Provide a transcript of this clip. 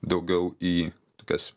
daugiau į tokias